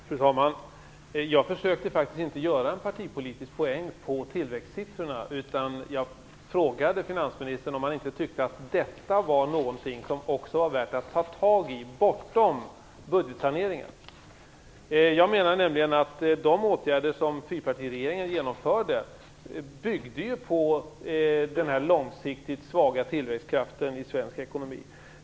Fru talman! Jag försökte faktiskt inte göra en partipolitisk poäng med anledning av tillväxtsiffrorna. Jag frågade finansministern om han inte tyckte att detta var någonting som det var värt att ta tag i bortom budgetsaneringen. Jag menar nämligen att de åtgärder som fyrpartiregeringen genomförde byggde på den här långsiktigt svaga tillväxtkraften i svensk ekonomi.